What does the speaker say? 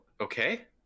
okay